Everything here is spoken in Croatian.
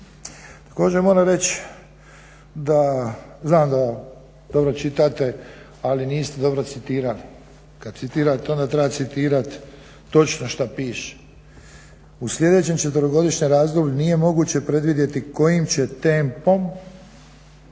Također, moram reći da znam da dobro čitate ali niste dobro citirali. Kad citirate onda treba citirati točno što piše. U sljedećem 4-godišnjem razdoblju nije moguće predvidjeti kojim će tempom